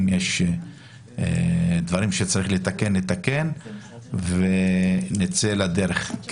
אם יש דברים שצריך לתקן, נתקן, ונצא לדרך.